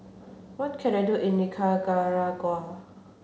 what can I do in Nicaragua